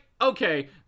okay